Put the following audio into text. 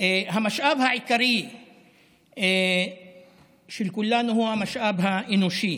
המשאב העיקרי של כולנו הוא המשאב האנושי.